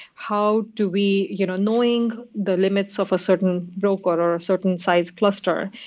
how do we you know knowing the limits of a certain broker or a certain size cluster,